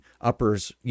uppers